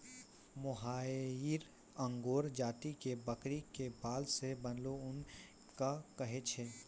मोहायिर angora जाति के बकरी के बाल सॅ बनलो ऊन कॅ कहै छै